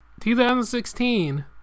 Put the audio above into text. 2016